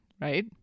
Right